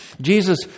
Jesus